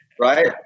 Right